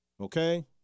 okay